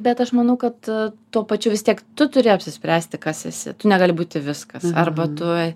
bet aš manau kad tuo pačiu vis tiek tu turi apsispręsti kas esi tu negali būti viskas arba tu